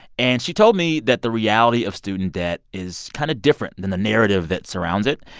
and she told me that the reality of student debt is kind of different than the narrative that surrounds it.